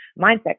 mindset